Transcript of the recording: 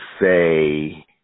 say